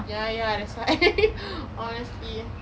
ya ya that's why honestly